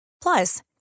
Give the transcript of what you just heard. Plus